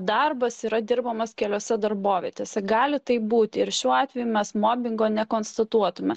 darbas yra dirbamas keliose darbovietėse gali taip būti ir šiuo atveju mes mobingo ne konstatuotumėme